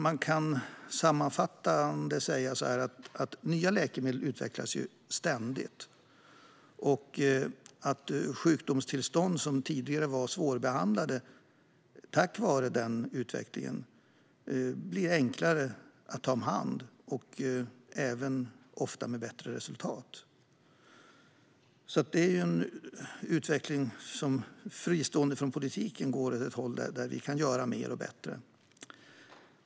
Man kan sammanfattningsvis säga att nya läkemedel ständigt utvecklas och att sjukdomstillstånd som tidigare varit svårbehandlade tack vare denna utveckling blir enklare att ta om hand. Ofta får man även bättre resultat. Det är en utveckling som fristående från politiken går åt ett håll där vi kan göra mer och bättre.